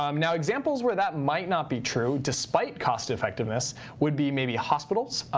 um now, examples where that might not be true despite cost effectiveness would be maybe hospitals,